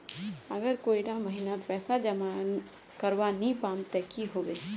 अगर कोई डा महीनात पैसा जमा करवा नी पाम ते की होबे?